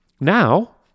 Now